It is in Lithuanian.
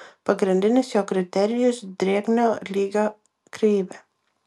pagrindinis jo kriterijus drėgnio lygio kreivė